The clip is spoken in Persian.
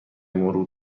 مرور